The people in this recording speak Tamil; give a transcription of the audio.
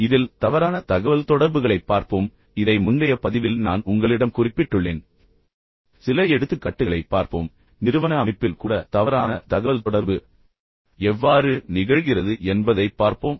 இதில் தவறான தகவல்தொடர்புகளைப் பார்ப்போம் இதை முந்தைய பதிவில் நான் உங்களிடம் குறிப்பிட்டுள்ளேன் சில எடுத்துக்காட்டுகளைப் பார்ப்போம் மேலும் நிறுவன அமைப்பில் கூட தவறான தகவல் தொடர்பு எவ்வாறு நிகழ்கிறது என்பதைப் பார்ப்போம்